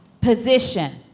position